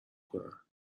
کنم